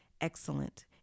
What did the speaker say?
excellent